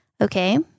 Okay